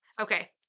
Okay